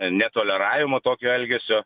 netoleravimo tokio elgesio